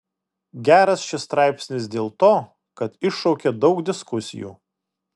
geras šis straipsnis dėl to kad iššaukė daug diskusijų